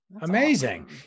Amazing